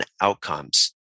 outcomes